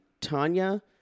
Tanya